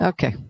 Okay